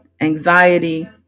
anxiety